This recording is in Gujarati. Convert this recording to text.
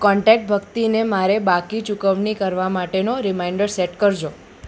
કોન્ટેક્ટ ભક્તિને મારે બાકી ચૂકવણી કરવા માટેનો રીમાઈન્ડર સેટ કરજો